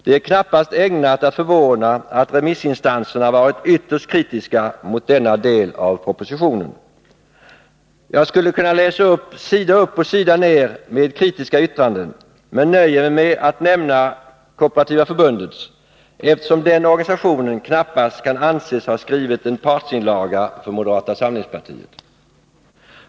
Det är knappast ägnat att förvåna att remissinstanserna har varit ytterst kritiska mot denna del av propositionen. Jag skulle kunna läsa sida upp och sida ner med kritiska yttranden, men jag nöjer mig med att nämna Kooperativa förbundet, eftersom den organisationen knappast kan anses ha skrivit en partsinlaga för moderata samlingspartiet.